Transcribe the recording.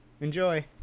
Enjoy